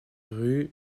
rue